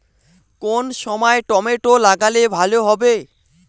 কোন সময় টমেটো লাগালে ভালো হবে?